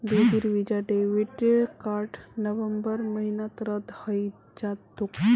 दीदीर Visa debit card नवंबर महीनात रद्द हइ जा तोक